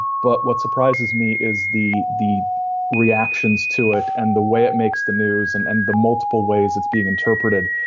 but what surprises me is the the reactions to it and the way it makes the news and and the multiple ways it's being interpreted.